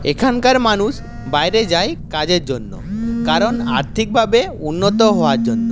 এখানকার মানুষ বাইরে যায় কাজের জন্য কারণ আর্থিকভাবে উন্নত হওয়ার জন্য